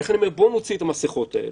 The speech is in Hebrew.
ולכן אני אומר: בואו נוריד את המסכות האלה.